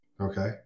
okay